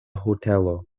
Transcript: hotelo